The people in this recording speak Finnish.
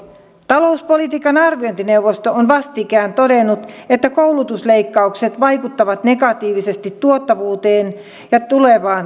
talouspolitiikan arviointineuvosto on vastikään todennut että koulutusleikkaukset vaikuttavat negatiivisesti tuottavuuteen ja tulevaan kasvuun